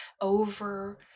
over